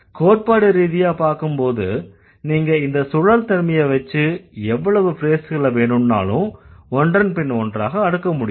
கோட்பாடு ரீதியா பார்க்கும்போது நீங்க இந்த சுழல் தன்மையை வெச்சு எவ்வளவு ஃப்ரேஸ்களை வேணும்னாலும் ஒன்றன்பின் ஒன்றாக அடுக்க முடியும்